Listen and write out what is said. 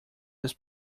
this